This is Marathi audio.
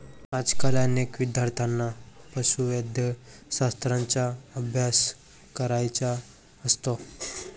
आजकाल अनेक विद्यार्थ्यांना पशुवैद्यकशास्त्राचा अभ्यास करायचा असतो